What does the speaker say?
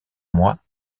mois